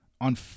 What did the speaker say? on